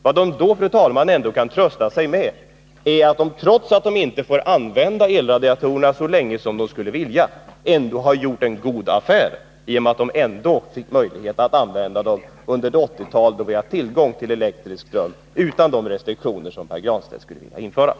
Vad de då, herr talman, ändå kan trösta sig med är att de trots att de inte får använda elradiatorerna så länge som de skulle vilja har gjort en god affär i och med att de ändå fick möjlighet att använda dem under det 1980-tal då vi hade tillgång till tillräckligt mycket elektrisk ström.